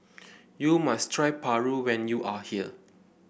you must try Paru when you are here